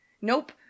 nope